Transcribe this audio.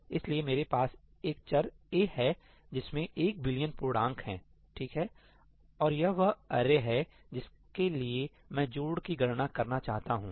इसलिए मेरे पास एक चर a है जिसमें एक बिलियन पूर्णांक हैं ठीक है और यह वह अरे है जिसके लिए मैं जोड़ की गणना करना चाहता हूं